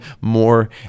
more